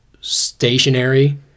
stationary